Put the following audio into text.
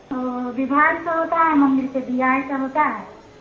और विवाह तो होता है मंदिर से विवाह ही तो होता है